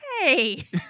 Hey